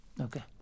Okay